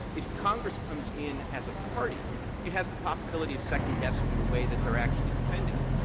if congress comes in as a party it has the possibility of second-guessing the way that they are actually defending it.